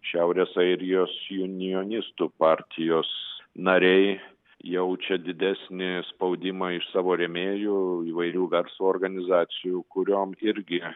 šiaurės airijos junionistų partijos nariai jaučia didesnį spaudimą iš savo rėmėjų įvairių verslo organizacijų kuriom irgi